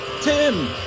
Tim